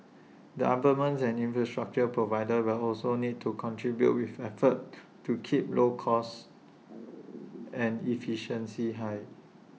the and infrastructure providers will also need to contribute with efforts to keep low costs and efficiency high